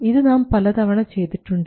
ഇത് നാം പലതവണ ചെയ്തിട്ടുണ്ട്